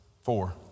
four